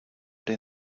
der